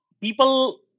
people